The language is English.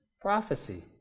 prophecy